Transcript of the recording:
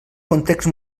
context